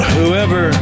Whoever